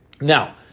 Now